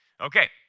Okay